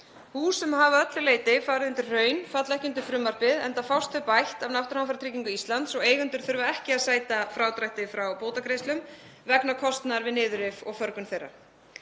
Hús sem hafa að öllu leyti farið undir hraun falla ekki undir frumvarpið enda fást þau bætt af Náttúruhamfaratryggingu Íslands og eigendur þurfa ekki að sæta frádrætti frá bótagreiðslum vegna kostnaðar við niðurrif og förgun þeirra.